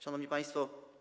Szanowni Państwo!